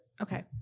okay